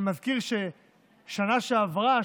אני מזכיר שבשנה שעברה,